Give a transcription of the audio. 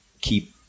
keep –